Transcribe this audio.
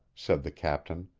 said the captain.